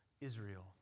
Israel